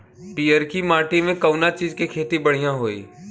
पियरकी माटी मे कउना चीज़ के खेती बढ़ियां होई?